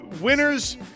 winners